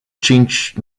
cinci